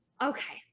Okay